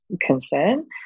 concern